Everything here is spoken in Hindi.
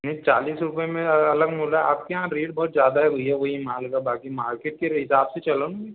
ये चालीस रुपये में अलग मिल रहा आपके यहाँ रेट बहुत ज़्यादा है भैया वही माल का बाकि मार्केट के हिसाब से चलो न